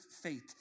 faith